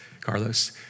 Carlos